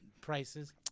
prices